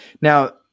now